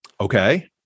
okay